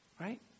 Right